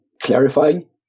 clarifying